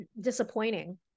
disappointing